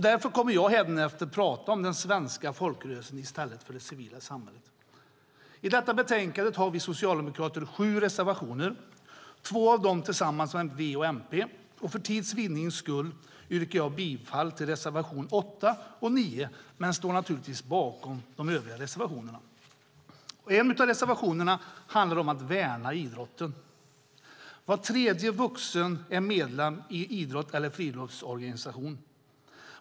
Därför kommer jag hädanefter att prata om den svenska folkrörelsen i stället för det civila samhället. I detta betänkande har vi socialdemokrater sju reservationer. Två av dem har vi tillsammans med V och MP. För tids vinnande yrkar jag bifall till reservationerna 8 och 9, men jag står naturligtvis bakom de övriga reservationerna. En av reservationerna handlar om att värna idrotten. Var tredje vuxen är medlem i en idrotts eller friluftsorganisation.